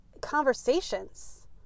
conversations